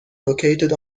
located